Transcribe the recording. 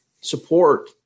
support